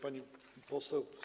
Pani Poseł!